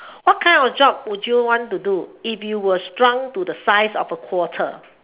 what kind of job would you want to do if you were shrunk to the size of a quarter